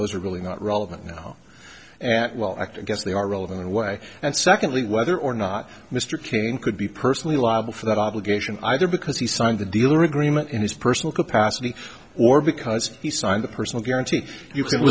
those are really not relevant now that well i guess they are relevant and way and secondly whether or not mr king could be personally liable for that obligation either because he signed the deal or agreement in his personal capacity or because he signed the personal guarantee you